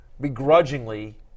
begrudgingly –